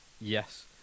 Yes